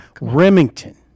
Remington